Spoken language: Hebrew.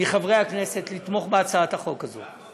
מחברי הכנסת לתמוך בהצעת החוק הזאת.